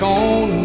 on